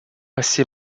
assez